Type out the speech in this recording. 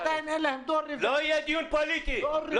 עדיין אין להם --- לא יהיה דיון פוליטי פה.